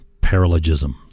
paralogism